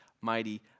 mighty